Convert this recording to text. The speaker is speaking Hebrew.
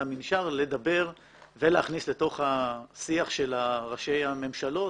המנשר לדבר ולהכניס לתוך השיח של ראשי הממשלות,